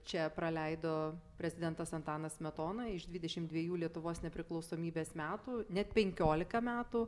čia praleido prezidentas antanas smetona iš dvidešim dviejų lietuvos nepriklausomybės metų net penkiolika metų